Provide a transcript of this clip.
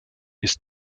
ist